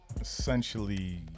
essentially